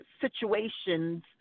situations